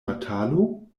batalo